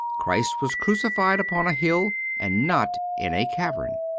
christ was crucified upon a hill, and not in a cavern,